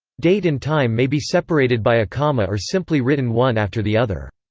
date and time may be separated by a comma or simply written one after the other.